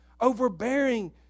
overbearing